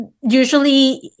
usually